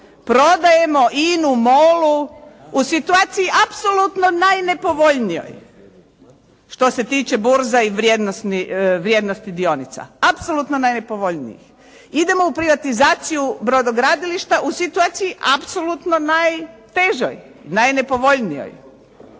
prodajemo INA-u MOL-u u situaciji apsolutno najnepovoljnijoj, što se tiče burza i vrijednosti dionica, apsolutno najnepovoljnijih. Idemo u privatizaciju brodogradilišta u situaciji apsolutno najtežoj, najnepovoljnijoj.